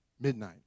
Midnight